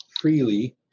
freely